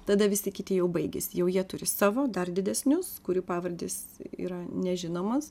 tada visi kiti jau baigėsi jau jie turi savo dar didesnius kurių pavardės yra nežinomos